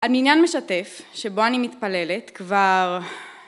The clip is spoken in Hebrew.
המניין משתף, שבו אני מתפללת כבר...